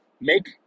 Make